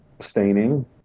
staining